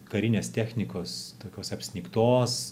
karinės technikos tokios apsnigtos